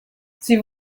sie